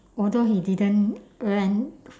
although he didn't went